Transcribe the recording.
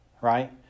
right